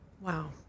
Wow